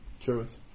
Truth